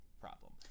problem